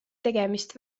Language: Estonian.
tegemist